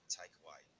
takeaway